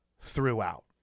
throughout